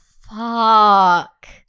fuck